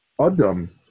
Adam